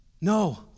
No